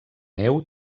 neu